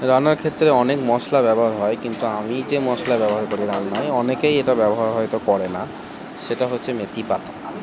রান্নার ক্ষেত্রে অনেক মশলা ব্যবহার হয় কিন্তু আমি যে মশলা ব্যবহার করি রান্নায় অনেকেই এটা ব্যবহার হয়তো করে না সেটা হচ্ছে মেথি পাতা